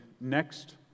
next